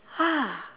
ah